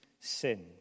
sin